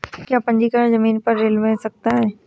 क्या पंजीकरण ज़मीन पर ऋण मिल सकता है?